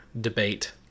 debate